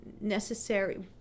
necessary